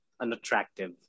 unattractive